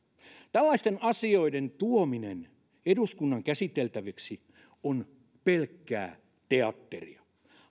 tällaisten asioiden tuominen eduskunnan käsiteltäviksi on pelkkää teatteria